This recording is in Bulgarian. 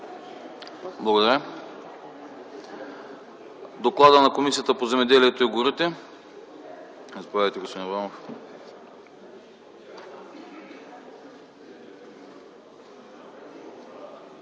Благодаря. За доклада на Комисията по земеделието и горите